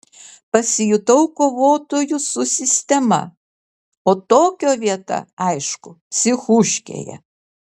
pasijutau kovotoju su sistema o tokio vieta aišku psichuškėje